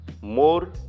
more